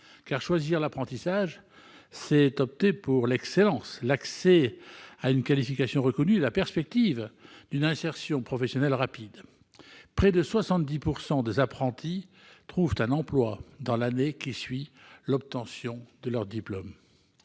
Car choisir l'apprentissage, c'est opter pour l'excellence, l'accès à une qualification reconnue et la perspective d'une insertion professionnelle rapide : près de 70 % des apprentis trouvent un emploi dans l'année qui suit l'obtention de leur diplôme.